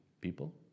people